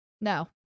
No